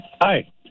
Hi